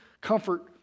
comfort